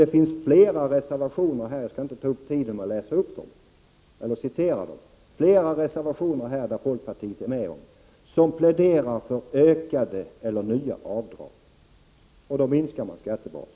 Det finns flera reservationer — jag skall inte ta upp tiden med att citera dem — som folkpartiet varit med om och där man pläderar för ökade eller nya avdrag. Genomför man dem minskar man skattebasen.